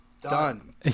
done